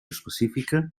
específica